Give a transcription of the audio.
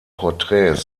porträts